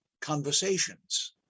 conversations